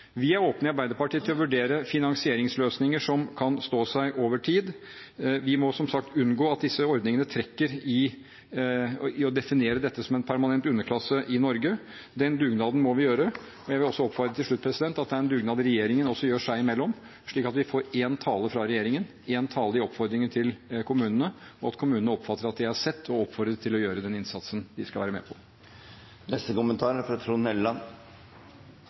Vi i Arbeiderpartiet er åpne for å vurdere finansieringsløsninger som kan stå seg over tid. Vi må, som sagt, unngå at disse ordningene trekker i retning av å definere dette som en permanent underklasse i Norge. Den dugnaden må vi gjøre. Jeg vil til slutt også oppfordre om at det er en dugnad regjeringen gjør seg imellom, slik at vi får én tale fra regjeringen, én tale i oppfordringen til kommunene, og at kommunene oppfatter at de er sett, og oppfordrer dem til å gjøre den innsatsen de skal være med